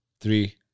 Three